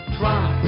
try